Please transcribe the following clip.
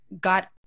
got